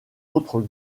autres